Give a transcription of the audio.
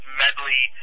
medley